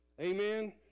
Amen